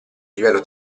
livello